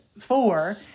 four